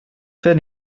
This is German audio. wer